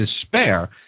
despair